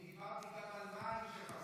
אני דיברתי גם על מים שחסר.